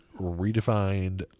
redefined